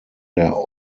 der